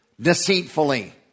deceitfully